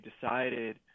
decided